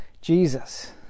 jesus